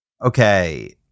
Okay